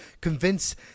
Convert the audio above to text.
convince